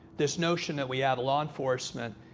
this notion that we have law enforcement.